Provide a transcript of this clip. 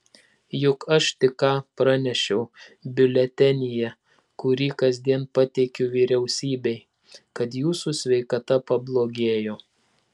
juk aš tik ką pranešiau biuletenyje kurį kasdien pateikiu vyriausybei kad jūsų sveikata pablogėjo